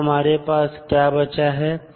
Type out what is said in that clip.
अब हमारे पास क्या बचा है